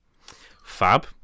Fab